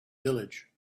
village